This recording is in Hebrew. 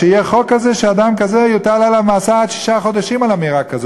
שיהיה חוק כזה שאדם כזה יוטל עליו מאסר עד שישה חודשים על אמירה כזאת.